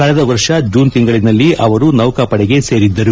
ಕಳೆದ ವರ್ಷ ಜೂನ್ ತಿಂಗಳನಲ್ಲಿ ಅವರು ನೌಕಾಪಡೆಗೆ ಸೇರಿದ್ದರು